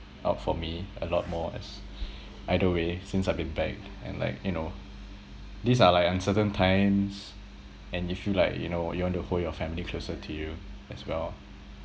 out for me a lot more as either way since I've been back and like you know these are like uncertain times and if you like you know you want to hold your family closer to you as well